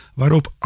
waarop